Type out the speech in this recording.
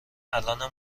الانم